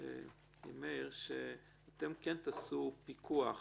עם מאיר, שתעשו פיקוח